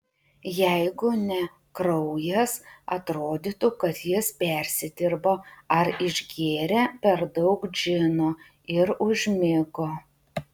jeigu ne kraujas atrodytų kad jis persidirbo ar išgėrė per daug džino ir užmigo